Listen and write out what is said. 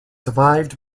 survived